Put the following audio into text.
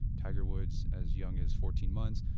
tiger woods as young as fourteen months,